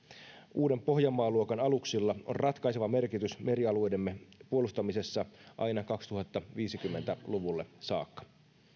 uuden pohjanmaa luokan aluksilla on ratkaiseva merkitys merialueidemme puolustamisessa aina kaksituhattaviisikymmentä luvulle saakka